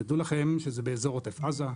תדעו לכם שזה באזור עוטף עזה,